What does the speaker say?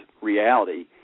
reality